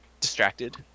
distracted